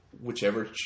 whichever